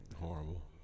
Horrible